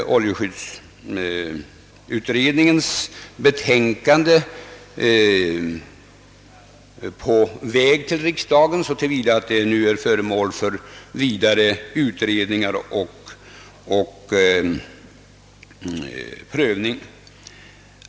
Oljeskyddsutredningens betänkande är på väg till riksdagen så till vida, att det nu är föremål för vidare utredning och prövning.